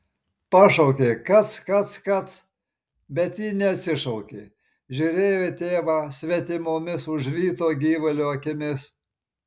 pašaukė kac kac kac bet ji neatsišaukė žiūrėjo į tėvą svetimomis užvyto gyvulio akimis